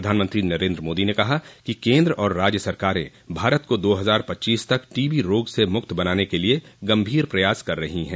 प्रधानमंत्री नरेन्द्र मोदी ने कहा कि केन्द्र और राज्य सरकारें भारत को दो हजार पच्चीस तक टीबी रोग से मुक्त बनाने के लिए गंभीर प्रयास कर रही हैं